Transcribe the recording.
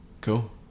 Cool